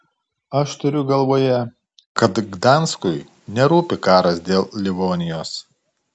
aš turiu galvoje kad gdanskui nerūpi karas dėl livonijos